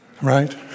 Right